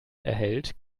erhält